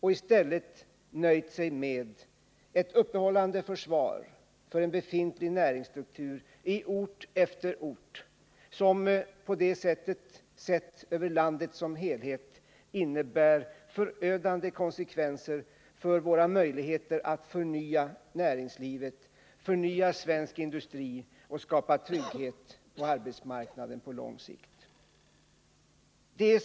I stället har man nöjt sig med ett uppehållande försvar för en befintlig näringsstruktur på ort efter ort, vilket sett över landet såsom helhet får förödande konsekvenser för våra möjligheter att förnya näringslivet och svensk industri och skapa trygghet på arbetsmarknaden på lång sikt.